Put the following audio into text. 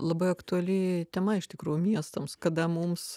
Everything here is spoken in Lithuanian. labai aktuali tema iš tikrųjų miestams kada mums